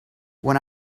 when